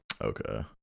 okay